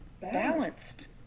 balanced